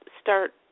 start